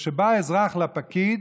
כשבא אזרח לפקיד,